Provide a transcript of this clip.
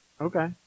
Okay